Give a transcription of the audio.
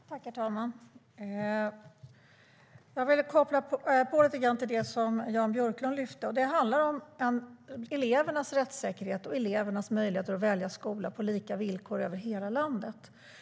Herr talman! Jag vill återkoppla lite grann till det som Jan Björklund lyfte fram. Det handlar om elevernas rättssäkerhet och elevernas möjligheter att välja skola på lika villkor över hela landet.